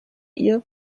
ihr